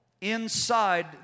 inside